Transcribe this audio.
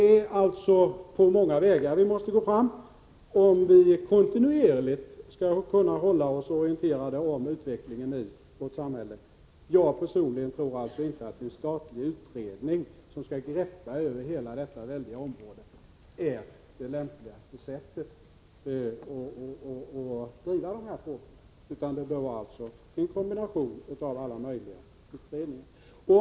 Vi måste alltså gå fram på många vägar om vi skall kunna hålla oss kontinuerligt orienterade om utvecklingen i vårt samhälle. Jag personligen tror inte att en statlig utredning, som skulle greppa över hela detta väldiga område, är den lämpligaste lösningen när det gäller att driva de här frågorna. Det bör enligt min mening vara en kombination av alla möjliga utredningar.